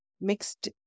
mixed